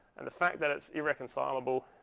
and the fact that it's irreconcilable,